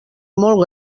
molt